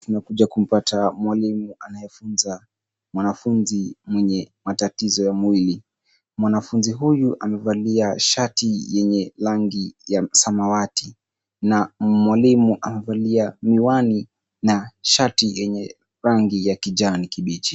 Tunakuja kumpata mwalimu anayemfunza mwanafunzi mwenye matatizo ya mwili. Mwanafunzi huyu amevalia shati yenye rangi ya samawati na mwalimu amevalia miwani na shati yenye rangi ya kijani kibichi.